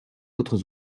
autres